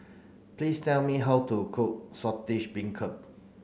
please tell me how to cook Saltish Beancurd